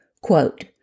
Quote